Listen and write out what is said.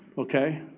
okay.